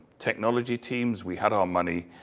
technology teams, we had our money,